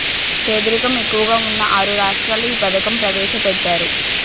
పేదరికం ఎక్కువగా ఉన్న ఆరు రాష్ట్రాల్లో ఈ పథకం ప్రవేశపెట్టారు